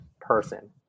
person